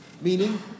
meaning